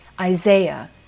Isaiah